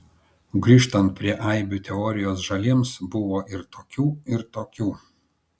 grįžtant prie aibių teorijos žaliems buvo tokių ir tokių